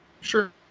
Sure